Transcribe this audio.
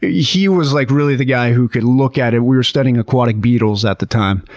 he was like, really the guy who could look at it. we were studying aquatic beetles at the time.